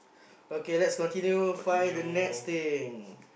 okay let's continue find the next thing